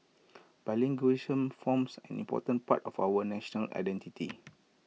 bilingual forms an important part of our national identity